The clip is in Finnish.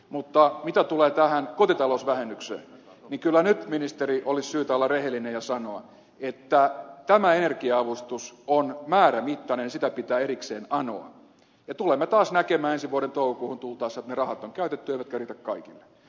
mutta mitä tulee tähän kotitalousvähennykseen niin kyllä nyt ministeri olisi syytä olla rehellinen ja sanoa että tämä energia avustus on määrämittainen sitä pitää erikseen anoa ja tulemme taas näkemään ensi vuoden toukokuuhun tultaessa että ne rahat on käytetty eivätkä riitä kaikille